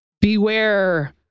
Beware